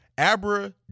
Abra